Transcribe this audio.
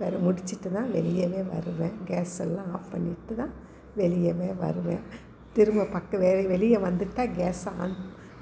பிறவு முடிச்சிட்டு தான் வெளியேவே வருவேன் கேஸ் எல்லாம் ஆஃப் பண்ணிட்டுதான் வெளியேவே வருவேன் திரும்ப பக்க வெ வெளியே வந்துட்டால் கேஸை ஆன்